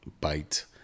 bite